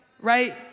right